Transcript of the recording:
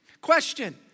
Question